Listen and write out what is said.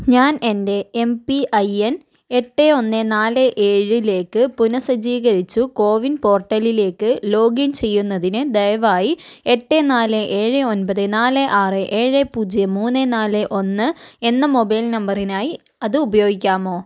ഞാൻ എൻ്റെ M P I N എട്ട് ഒന്ന് നാല് ഏഴിലേക്ക് പുനഃസജ്ജീകരിച്ചു കോവിൻ പോർട്ടലിലേക്ക് ലോഗിൻ ചെയ്യുന്നതിന് ദയവായി എട്ട് നാല് ഏഴ് ഒൻപത് നാല് ആറ് ഏഴ് പൂജ്യം മൂന്ന് നാല് ഒന്ന് എന്ന മൊബൈൽ നമ്പറിനായി അത് ഉപയോഗിക്കാമോ